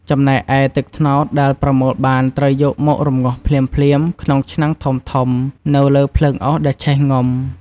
ចំណែកឯ ទឹកត្នោតដែលប្រមូលបានត្រូវយកមករំងាស់ភ្លាមៗក្នុងឆ្នាំងធំៗនៅលើភ្លើងអុសដែលឆេះងំ។